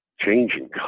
changing